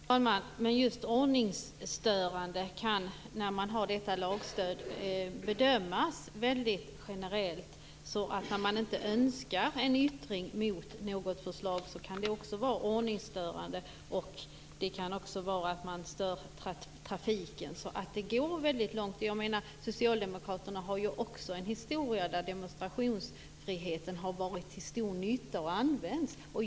Herr talman! Men just ordningsstörande kan med detta lagstöd bedömas väldigt generellt. När man inte önskar en yttring mot något förslag kan det också vara ordningsstörande och det kan även störa trafiken. Så det går väldigt långt. Socialdemokraterna har ju en historia där demonstrationsfriheten har varit till stor nytta och använts.